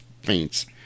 faints